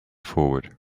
forward